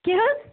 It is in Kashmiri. کیٛاہ حظ